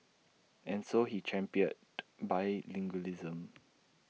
and so he championed bilingualism